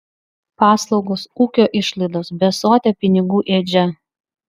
paslaugos ūkio išlaidos besotė pinigų ėdžia